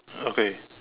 okay